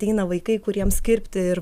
ateina vaikai kuriems kirpti ir